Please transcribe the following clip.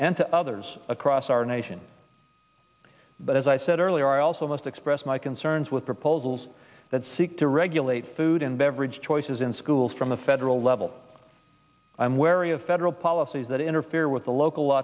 and to others across our nation but as i said earlier i also must express my concerns with proposals that seek to regulate food and beverage choices in schools from the federal level i'm wary of federal policies that interfere with the local